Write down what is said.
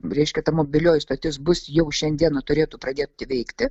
reiškia ta mobilioji stotis bus jau šiandieną turėtų pradėti veikti